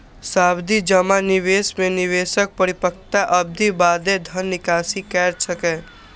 सावधि जमा निवेश मे निवेशक परिपक्वता अवधिक बादे धन निकासी कैर सकैए